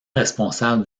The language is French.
responsable